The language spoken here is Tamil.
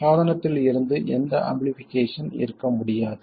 சாதனத்தில் இருந்து எந்த ஆம்பிளிஃபிகேஷன் இருக்க முடியாது